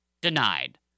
Denied